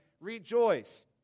Rejoice